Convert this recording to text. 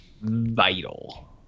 Vital